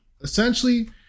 essentially